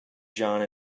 john